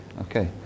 Okay